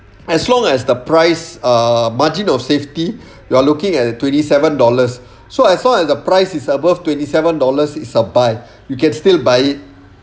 as long as the price err margin of safety you are looking at twenty seven dollars so as long as the price is above twenty seven dollars is a buy you can still buy it